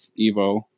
Evo